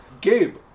Gabe